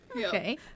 Okay